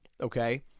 okay